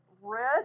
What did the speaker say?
Red